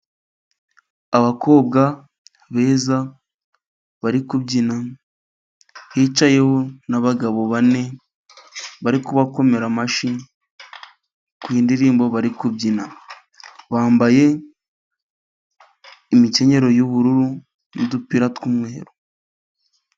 Abakobwa beza bari kubyina, hicayeho n'abagabo bane, bari kubakomera amashyi, iyi ndirimbo bari kubyina. Bambaye imikenyero y'ubururu, n'udupira tw'umweru.